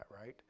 right